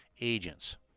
agents